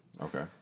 Okay